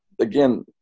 again